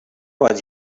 was